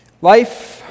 Life